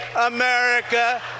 America